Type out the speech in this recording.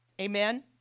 Amen